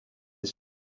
his